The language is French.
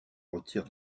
retire